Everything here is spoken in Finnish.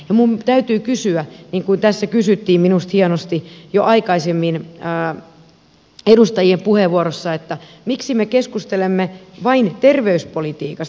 minun täytyy kysyä niin kuin tässä kysyttiin minusta hienosti jo aikaisemmin edustajien puheenvuorossa miksi me keskustelemme vain terveyspolitiikasta